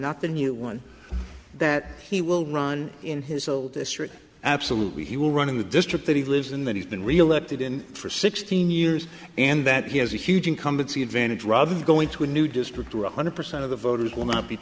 not the new one that he will run in his old district absolutely he will run in the district that he lives in that he's been reelected in for sixteen years and that he has a huge incumbency advantage rather than going to a new district one hundred percent of the voters will not be